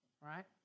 right